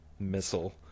missile